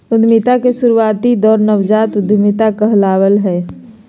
उद्यमिता के शुरुआती दौर नवजात उधमिता कहलावय हय